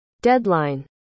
deadline